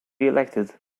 elected